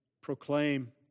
proclaim